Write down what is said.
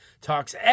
talks